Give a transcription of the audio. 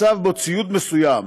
מצב שבו ציוד מסוים